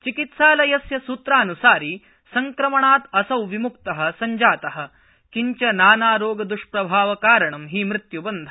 चिकित्सालयस्य सुत्रानुसारि संक्रमणात् असौ विमुक्त संजात किंच नानारोगद्ष्प्रभावकारणं हि मृत्य्बन्ध